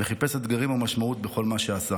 וחיפש אתגרים ומשמעות בכל מה שעשה.